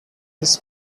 this